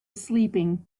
sleeping